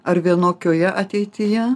ar vienokioje ateityje